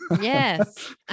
Yes